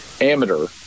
amateur